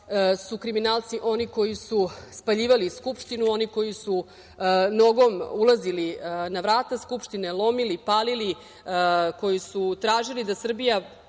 su kriminalci oni koji su spaljivali Skupštinu, oni koji su nogom ulazili na vrata Skupštine, lomili, palili, koji su tražili da Srbija